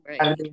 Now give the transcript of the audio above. right